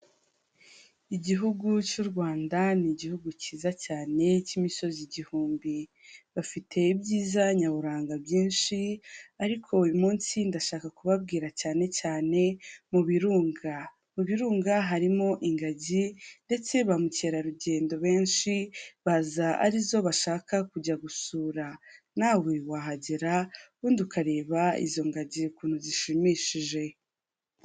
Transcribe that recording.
Igihugu cy'u Rwanda ni igihugu cyiza cyane cy'imisozi igihumbi, bafite ibyiza nyaburanga byinshi, ariko uyu munsi ndashaka kubabwira cyane cyane mu birunga, mu birunga harimo ingagi, ndetse ba mukerarugendo benshi, baza arizo bashaka kujya gusura nawe wahagera ubundi ukareba izo ngagi ukuntu zishimishije.